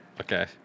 Okay